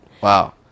Wow